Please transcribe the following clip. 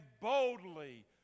boldly